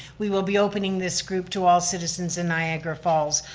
we will be opening this group to all citizens in niagara falls.